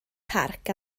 parc